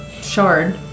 shard